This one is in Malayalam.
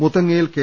മുത്തങ്ങയിൽ കെ